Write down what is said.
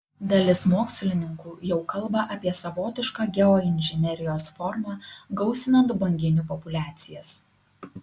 dalis mokslininkų jau kalba apie savotišką geoinžinerijos formą gausinant banginių populiacijas